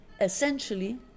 essentially